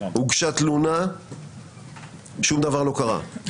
הוגשה תלונה שום דבר לא קרה.